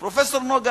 פרופסור יקיר אהרונוב,